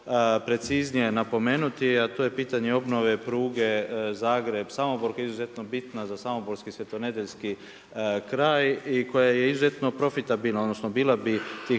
preciznije napomenuti, a to je pitanje obnove pruge Zagreb – Samobor koja je izuzetno bitna za samoborski, svetonedeljski kraj i koja je izuzetno profitabilna, odnosno bila bi tih